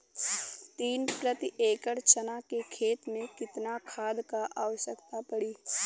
तीन प्रति एकड़ चना के खेत मे कितना खाद क आवश्यकता पड़ी?